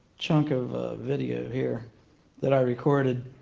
chunk of video here that i recorded.